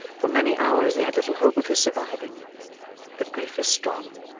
for many hours, they had little hope of his surviving but grief is strong,